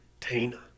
Tina